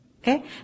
Okay